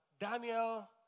Daniel